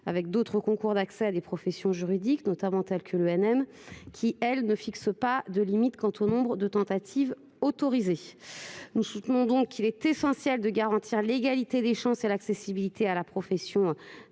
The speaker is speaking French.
avec d'autres concours d'accès à des professions juridiques, notamment l'École nationale de la magistrature (ENM), qui, elle, ne fixe pas de limites quant au nombre de tentatives autorisées. Nous soutenons donc qu'il est essentiel de garantir l'égalité des chances et l'accessibilité à la profession d'avocat.